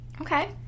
Okay